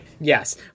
Yes